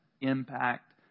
impact